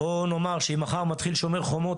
אם מחר יתחיל "שומר החומות",